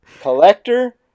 collector